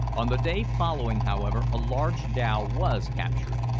on the day following, however, a large dhow was captured,